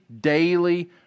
daily